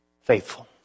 faithful